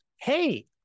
hey